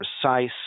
precise